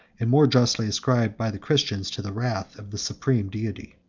and more justly ascribed by the christians to the wrath, of the supreme deity.